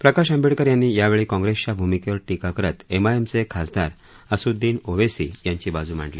प्रकाश आंबेडकर यांनी यावेळी काँग्रेसच्या भूमिकेवर टीका करत एमआयएमचे खासदार असुद्दीन ओवेसी यांची बाजू मांडली